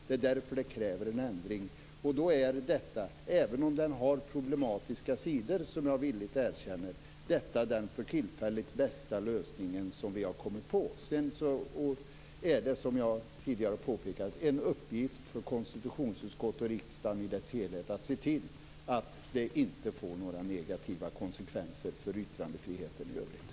Det är därför som det krävs en ändring. Då är detta, även om det har problematiska sidor, vilket jag villigt erkänner, den för tillfället bästa lösningen som vi har kommit på. Sedan är det, som jag tidigare har påpekat, en uppgift för konstitutionsutskottet och riksdagen i dess helhet att se till att det inte får några negativa konsekvenser för yttrandefriheten i övrigt.